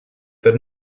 that